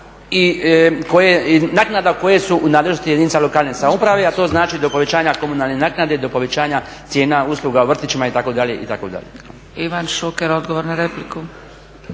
i naknada koje su u nadležnosti jedinica lokalne samouprave, a to znači do povećanja komunalne naknade, do povećanja cijena usluga u vrtićima itd., itd. **Zgrebec, Dragica